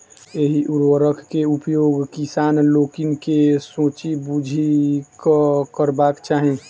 एहि उर्वरक के उपयोग किसान लोकनि के सोचि बुझि कअ करबाक चाही